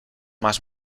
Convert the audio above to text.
más